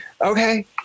okay